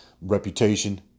reputation